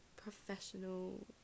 professional